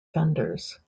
fenders